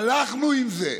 הלכנו עם זה,